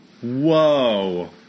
whoa